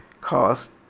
cost